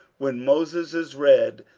when moses is read,